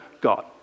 God